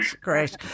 Great